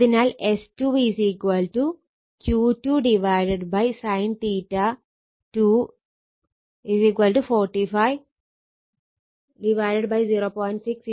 അതിനാൽ S2 Q2 sin2 45 0